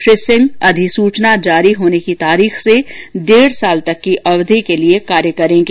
श्री सिंह अधिसूचना जारी होने की तारीख से डेढ़ वर्ष तक की अवधि के लिए कार्य करेंगे